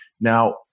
Now